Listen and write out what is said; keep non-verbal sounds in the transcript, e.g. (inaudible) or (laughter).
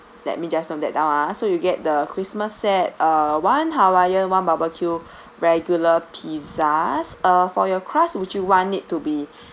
let me just note that down ah so you get the christmas set uh one hawaiian one barbecue (breath) regular pizzas uh for your crust would you want it to be